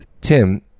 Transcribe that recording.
Tim